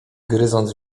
gryząc